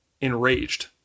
enraged